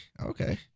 okay